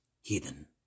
Heathen